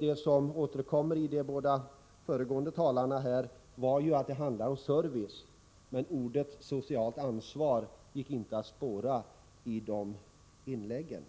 Det som återkommer i de båda föregående talarnas inlägg var att det handlade om service. Men ordet socialt ansvar gick inte att spåra i de inläggen.